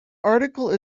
article